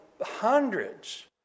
hundreds